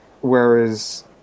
whereas